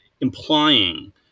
implying